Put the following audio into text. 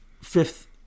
fifth